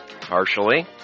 partially